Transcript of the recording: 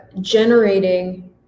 generating